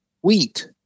wheat